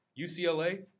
UCLA